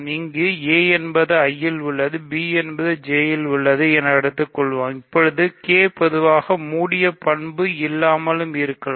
இங்கு a என்பது I யில் உள்ளது b என்பது J யில் உள்ளது என எடுத்துக் கொள்வோம் இப்பொழுது K பொதுவாக மூடிய பண்பு இல்லாமலும் இருக்கலாம்